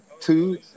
two